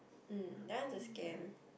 mm that one is a scam